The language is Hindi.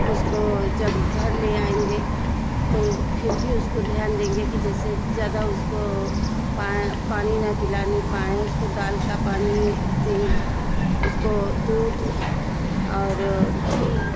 उसको जब घर ले आएंगे तो फिर भी उसको ध्यान देंगे कि जैसे ज़्यादा उसको पानी ना पिलाने पाए उसको दाल का पानी दें उसको दूध और घी